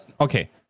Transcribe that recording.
Okay